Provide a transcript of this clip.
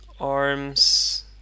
Arms